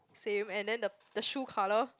same and then the the shoe colour